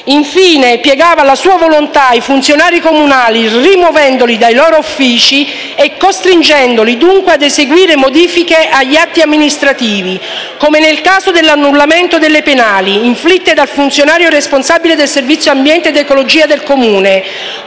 Infine, piegava alla sua volonta i funzionari comunali rimuovendoli dai loro uffici e costringendoli dunque ad eseguire modifiche agli atti amministrativi, come nel caso dell’annullamento delle penali, inflitte dal funzionario responsabile del servizio ambiente ed ecologia del Comune,